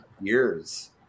years